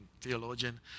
theologian